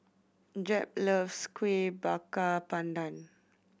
Jep loves Kueh Bakar Pandan